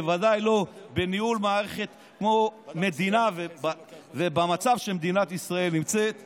בוודאי לא בניהול מערכת כמו מדינה ובמצב שמדינת ישראל נמצאת בו.